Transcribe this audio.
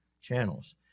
channels